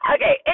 Okay